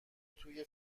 توی